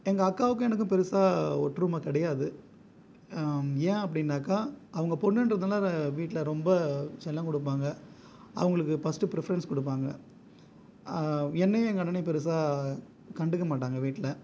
எங்கள் அக்காவுக்கும் எனக்கும் பெருசாக ஒற்றுமை கிடையாது ஏன் அப்படினாக்கா அவங்க பொண்ணுன்றதுனால வீட்டில் ரொம்ப செல்லம் கொடுப்பாங்க அவங்களுக்கு ஃபஸ்ட்டு ப்ரிஃபரன்ஸ் கொடுப்பாங்க என்னையும் எங்கள் அண்ணனையும் பெருசாக கண்டுக்க மாட்டாங்க வீட்டில்